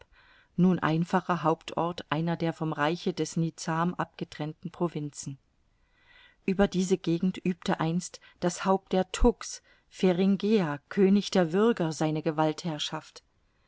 nun einfacher hauptort einer der vom reiche des nizam abgetrennten provinzen ueber diese gegend übte einst das haupt der thugs feringhea könig der würger seine gewaltherrschaft